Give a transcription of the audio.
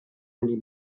anni